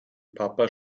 papa